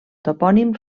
topònim